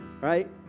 right